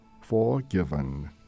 forgiven